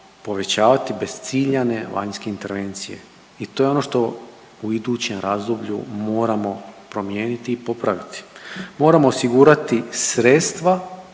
povećavati bez ciljane vanjske intervencije. I to je ono što u idućem razdoblju moramo promijeniti i popraviti. Moramo osigurati sredstva